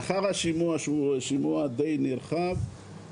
לאחר השימוע שהוא די נרחב,